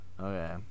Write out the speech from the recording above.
Okay